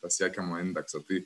pasiekiamą indeksą tai